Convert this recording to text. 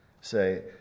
Say